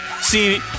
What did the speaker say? See